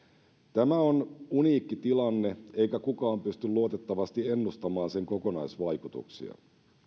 tämä on uniikki tilanne eikä kukaan pysty luotettavasti ennustamaan sen kokonaisvaikutuksia